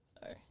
Sorry